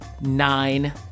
nine